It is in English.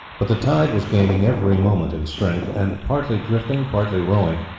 but the tide was gaining every moment in strength, and partly drifting, partly rowing,